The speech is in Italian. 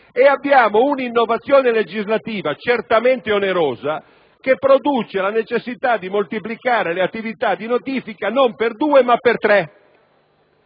mentre l'innovazione legislativa è onerosa, poiché produce la necessità di moltiplicare le attività di notifica non per due, ma per tre.